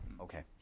Okay